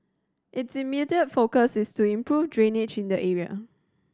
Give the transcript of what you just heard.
its immediate focus is to improve drainage in the area